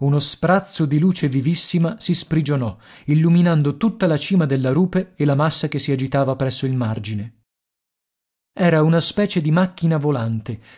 uno sprazzo di luce vivissima si sprigionò illuminando tutta la cima della rupe e la massa che si agitava presso il margine era una specie di macchina volante